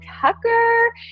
Tucker